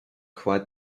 quite